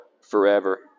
forever